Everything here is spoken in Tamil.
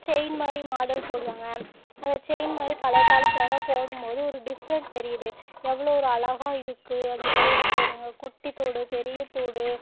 செயின் மாதிரி மாடல் போடுவாங்க அந்த செயின் மாதிரி பழைய காலத்துலெல்லாம் போடும் போது ஒரு டிஃப்ரெண்ட் தெரியுது எவ்வளோ ஒரு அழகாக இருக்குது அது மாதிரி எல்லாம் போடுகிறாங்க குட்டி தோடு பெரிய தோடு